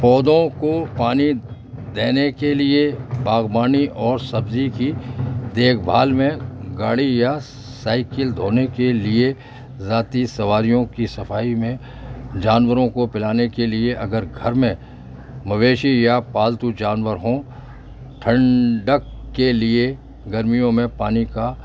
پودوں کو پانی دینے کے لیے باغبانی اور سبزی کی دیکھ بھال میں گاڑی یا سائیکل دھونے کے لیے ذاتی سواریوں کی صفائی میں جانوروں کو پلانے کے لیے اگر گھر میں مویشی یا پالتو جانور ہوں ٹھنڈک کے لیے گرمیوں میں پانی کا